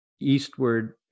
eastward